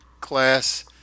class